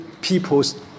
people's